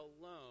alone